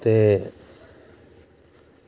ते